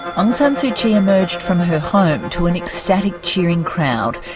aung san suu kyi emerged from her home to an ecstatic cheering crowd.